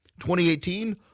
2018